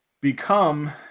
become